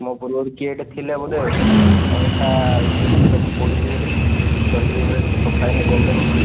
ମୋ ପୂର୍ବରୁ କିଏ ଏଇଠି ଥିଲେ ବୋଧେ ଅଇଁଠା ଜିନିଷ ସବୁ ପଡ଼ିଛି ସେଇଠି ଡଷ୍ଟବିନ୍ ରେ ସଫା ହୋଇନାହିଁ ଗନ୍ଧ ହେଉଛି